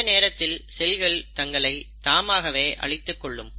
அந்த நேரத்தில் செல்கள் தங்களை தாமாகவே அழித்துக் கொள்ளும்